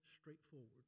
straightforward